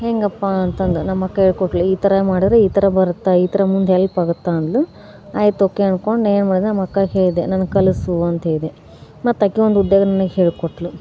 ಹೇಗಪ್ಪ ಅಂತಂದು ನಮ್ಮ ಅಕ್ಕ ಹೇಳ್ಕೊಟ್ಟಳು ಈ ಥರ ಮಾಡಿದರೆ ಈ ಥರ ಬರುತ್ತೆ ಈ ಥರ ಮುಂದೆ ಹೆಲ್ಪ್ ಆಗುತ್ತೆ ಅಂದಳು ಆಯ್ತು ಓಕೆ ಅಂ ದ್ಕೊಂಡು ನಾನು ಏನು ಮಾಡಿದೆ ನಮ್ಮ ಅಕ್ಕ ಹೇಳಿದೆ ನನಗೆ ಕಲಿಸು ಅಂತ ಹೇಳಿದೆ ಮತ್ತೆ ಆಕೆ ಒಂದು ಉದಾರಣೆ ಹೇಳ್ಕೊಟ್ಟಳು